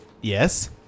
Yes